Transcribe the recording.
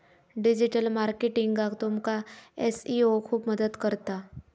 digital मार्केटिंगाक तुमका SEO खूप मदत करता